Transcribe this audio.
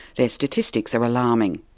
their statistics are alarming.